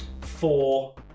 four